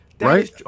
Right